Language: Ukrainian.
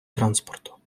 транспорту